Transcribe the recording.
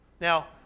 Now